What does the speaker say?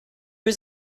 was